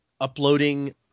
uploading